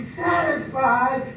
satisfied